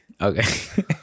Okay